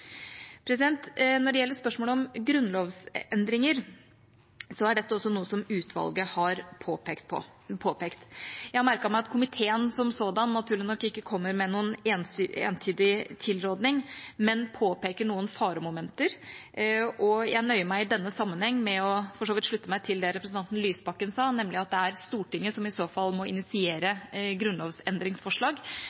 hensikten. Når det gjelder spørsmålet om grunnlovsendringer, er dette også noe som utvalget har påpekt. Jeg har merket meg at komiteen som sådan naturlig nok ikke kommer med noen entydig tilråding, men påpeker noen faremomenter, og jeg nøyer meg i denne sammenheng med for så vidt å slutte meg til det som representanten Lysbakken sa, nemlig at det er Stortinget som i så fall må initiere